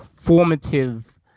formative